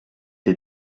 des